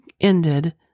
ended